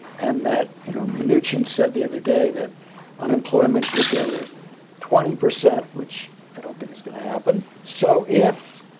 and that, you know, manoogian said the other day that unemployment could go to twenty percent, which i don't think is going to happen. so if,